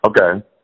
Okay